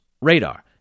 radar